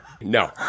No